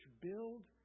build